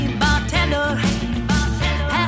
bartender